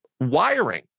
wiring